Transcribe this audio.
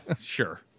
sure